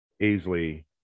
easily